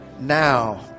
now